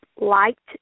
liked